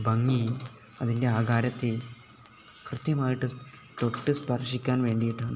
ഭംഗി അതിൻ്റെ ആകാരത്തെ കൃത്യമായിട്ടു തൊട്ടു സ്പർശിക്കാൻ വേണ്ടിയിട്ടാണ്